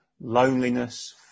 loneliness